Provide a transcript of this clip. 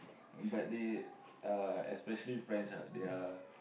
but they uh especially French ah they are